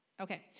Okay